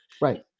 Right